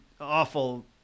Awful